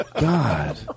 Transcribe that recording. God